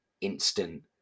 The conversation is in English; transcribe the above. instant